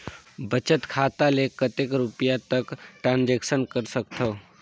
बचत खाता ले कतेक रुपिया तक ट्रांजेक्शन कर सकथव?